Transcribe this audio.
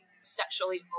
sexually